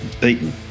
beaten